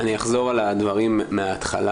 אני אחזור על הדברים מהתחלה.